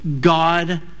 God